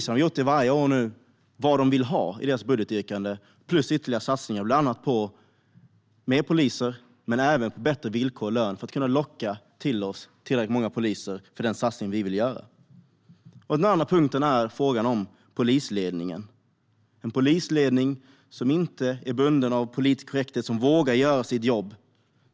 Vi har varje år i vår budget gett poliserna vad de har yrkat på och ytterligare satsningar, bland annat på mer poliser och bättre villkor och lön, för att locka tillräckligt många poliser till den satsning som vi vill göra. Den andra punkten är frågan om polisledningen. Det ska vara en polisledning som inte är bunden av politisk korrekthet och som vågar göra sitt jobb.